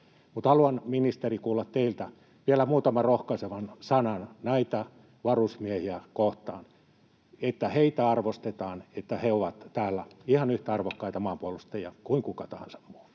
haluan, ministeri, kuulla teiltä vielä muutaman rohkaisevan sanan näitä varusmiehiä kohtaan, että heitä arvostetaan, että he ovat täällä ihan yhtä arvokkaita maanpuolustajia kuin kuka tahansa muu.